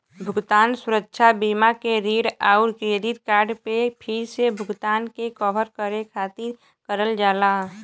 भुगतान सुरक्षा बीमा के ऋण आउर क्रेडिट कार्ड पे फिर से भुगतान के कवर करे खातिर करल जाला